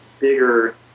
bigger